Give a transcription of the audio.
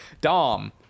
Dom